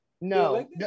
no